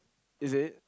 is it